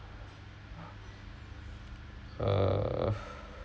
err